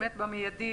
במיידי,